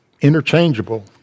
interchangeable